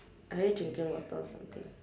are you drinking water or something